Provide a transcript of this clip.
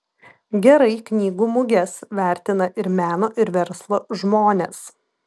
gerai knygų muges vertina ir meno ir verslo žmonės